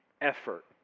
effort